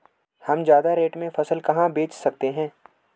हम ज्यादा रेट में फसल कहाँ बेच सकते हैं?